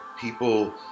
people